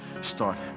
start